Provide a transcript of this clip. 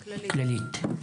כללית.